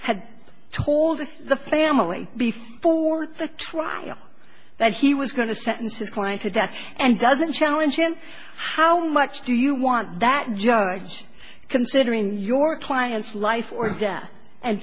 had told the family before the trial that he was going to sentence his client to death and doesn't challenge him how much do you want that judge considering your client's life or death and